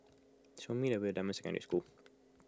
show me the way Dunman Secondary School